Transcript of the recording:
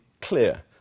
clear